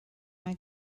mae